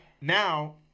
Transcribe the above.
now